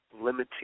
limiting